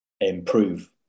improve